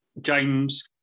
James